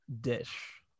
dish